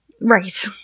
right